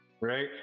right